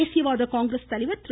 தேசியவாத காங்கிரஸ் தலைவர் திரு